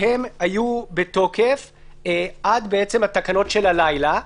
שהיו בתוקף עד התקנות של הלילה,